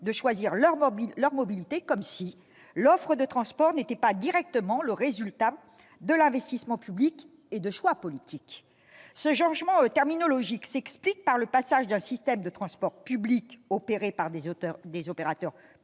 de choisir leur mobilité, comme si l'offre de transports n'était pas directement le résultat de l'investissement public et de choix politiques. Ce changement terminologique s'explique par le passage d'un système de transport public, opéré par des opérateurs publics,